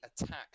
attack